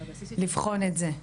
לבחון את זה.